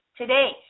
today